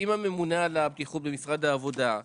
אם הממונה על הבטיחות במשרד העבודה,